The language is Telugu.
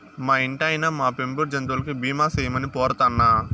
మా ఇంటాయినా, మా పెంపుడు జంతువులకి బీమా సేయమని పోరతన్నా